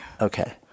Okay